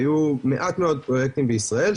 היו מעט מאוד פרוייקטים בישראל,